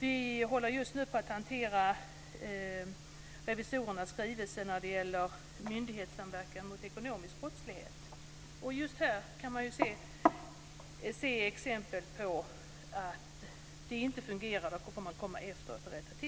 Vi håller nu på att behandla revisorernas skrivelse när det gäller myndighetssamverkan mot ekonomisk brottslighet. I det sammanhanget kan man se att det inte fungerar, utan det hela får rättas till i efterhand.